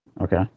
Okay